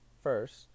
first